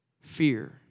Fear